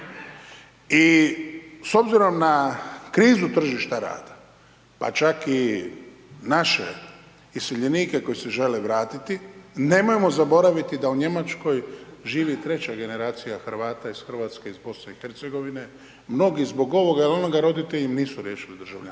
I s obzirom na krizu tržišta rada, pa čak i naše iseljenike koji se žele vratiti nemojmo zaboraviti da u Njemačkoj živi treća generacija Hrvata iz Hrvatske iz BiH mnogi mnogi zbog ovoga ili onoga roditelji im nisu riješili državljanstvo,